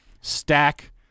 stack